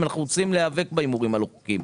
אם אנחנו רוצים להיאבק בהימורים הלא חוקיים.